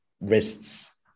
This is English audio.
wrists